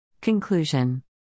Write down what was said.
Conclusion